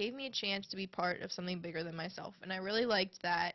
gave me a chance to be part of something bigger than myself and i really like that